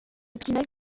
optimal